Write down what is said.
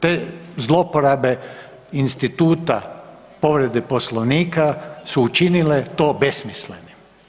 Te zlouporabe instituta povrede Poslovnika su učinile to besmislenim.